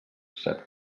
set